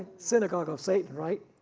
synagogue of satan right?